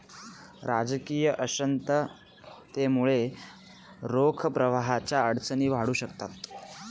राजकीय अशांततेमुळे रोख प्रवाहाच्या अडचणी वाढू शकतात